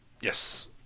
Yes